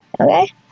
Okay